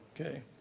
Okay